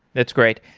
that's great.